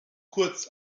kurz